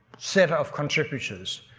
set of contributors,